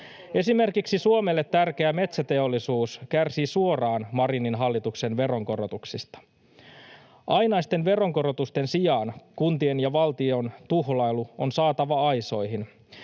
Esimerkiksi Suomelle tärkeä metsäteollisuus kärsii suoraan Marinin hallituksen veronkorotuksista. Ainaisten veronkorotusten sijaan kuntien ja valtion tuhlailu on saatava aisoihin.